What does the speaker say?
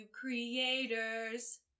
creators